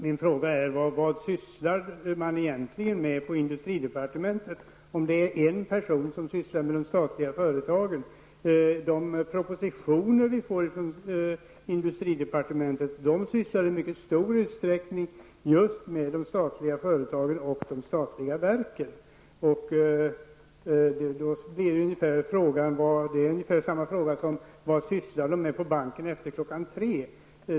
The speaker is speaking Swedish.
Min fråga är vad man egentligen sysslar med på industridepartementet, om det är en person som sysslar med de statliga företagen. De propositioner vi får från industridepartementet handlar i mycket stor utsträckning just om de statliga företagen och de statliga verken. Frågans formulering blir ungefär densamma som den bekanta: Vad sysslar de med på banken efter kl. 3?